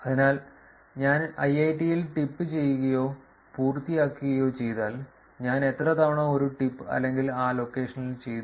അതിനാൽ ഞാൻ ഐഐഐടിയിൽ ടിപ്പ് ചെയ്യുകയോ പൂർത്തിയാക്കുകയോ ചെയ്താൽ ഞാൻ എത്ര തവണ ഒരു ടിപ്പ് അല്ലെങ്കിൽ ആ ലൊക്കേഷനിൽ ചെയ്തു